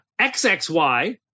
XXY